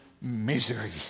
misery